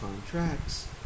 contracts